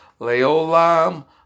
Leolam